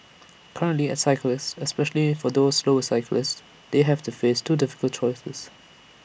currently as cyclists especially for those slower cyclists they have to face two difficult choices